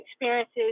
experiences